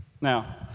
Now